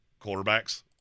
quarterbacks